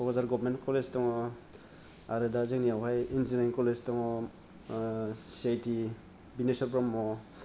Kokrajhar government college दङ आरो दा जोंनियावहाय इनजीनियारिं कलेज दङ C I T Bineswar Brahma